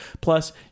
Plus